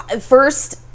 first